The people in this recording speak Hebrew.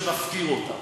שמפקיר אותן.